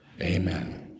Amen